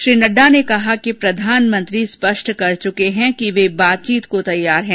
श्री नड्डा ने कहा कि प्रधानमंत्री स्पष्ट कर चुके हैं कि वे बातचीत को तैयार हैं